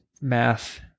math